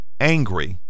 angry